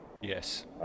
Yes